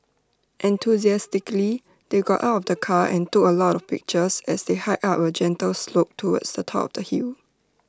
enthusiastically they got out of the car and took A lot of pictures as they hiked up A gentle slope towards the top of the hill